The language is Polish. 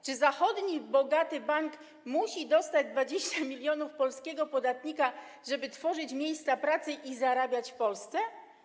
Czy zachodni bogaty bank musi dostać 20 mln polskich podatników, żeby tworzyć miejsca pracy i zarabiać w Polsce?